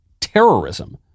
terrorism